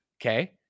Okay